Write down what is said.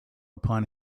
upon